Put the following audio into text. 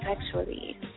sexually